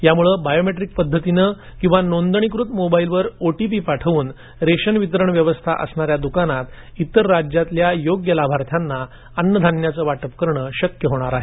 यामुळे बायोमेट्रिक पद्धतीने किंवा नोंदणी कृत मोबाईलवर ओ टी पी पाठवून रेशन वितरण व्यवस्था असणाऱ्या दुकानात इतर राज्यातल्या योग्य लाभार्थ्यांना अन्न धान्याचं वाटप करणे शक्य होणार आहे